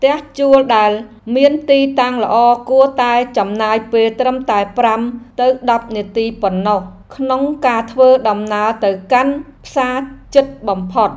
ផ្ទះជួលដែលមានទីតាំងល្អគួរតែចំណាយពេលត្រឹមតែប្រាំទៅដប់នាទីប៉ុណ្ណោះក្នុងការធ្វើដំណើរទៅកាន់ផ្សារជិតបំផុត។